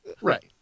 Right